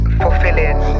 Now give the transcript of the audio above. fulfilling